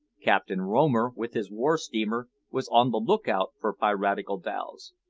captain romer, with his war-steamer, was on the look-out for piratical dhows.